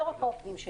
לא רק העובדים שלי,